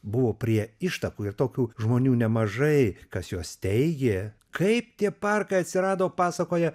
buvo prie ištakų ir tokių žmonių nemažai kas juos steigė kaip tie parkai atsirado pasakoja